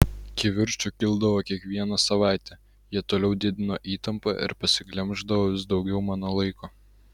kivirčų kildavo kiekvieną savaitę jie toliau didino įtampą ir pasiglemždavo vis daugiau mano laiko